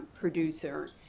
producer